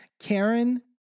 Karen